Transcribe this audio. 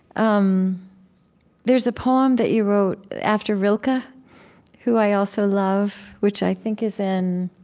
um there's a poem that you wrote after rilke, ah who i also love, which i think is in